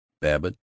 babbitt